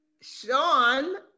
Sean